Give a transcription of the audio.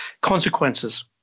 consequences